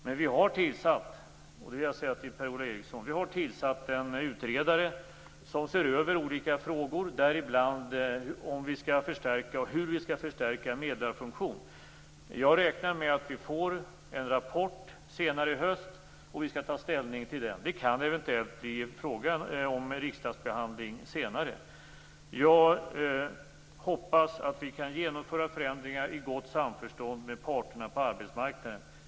Men vi har tillsatt - och det säger jag till Per-Ola Eriksson - en utredare som ser över olika frågor, däribland om och hur medlarfunktionen skall förstärkas. Jag räknar med att vi får en rapport senare i höst som vi skall ta ställning till. Det kan eventuellt bli fråga om riksdagsbehandling senare. Jag hoppas att vi kan genomföra förändringar i gott samförstånd med parterna på arbetsmarknaden.